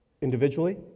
individually